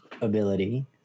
ability